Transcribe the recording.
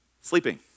Sleeping